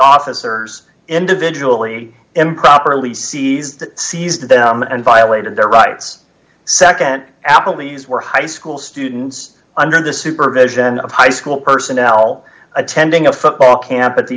officers individually improperly seized seized them and violated their rights nd appleby's were high school students under the supervision of high school personnel attending a football camp at the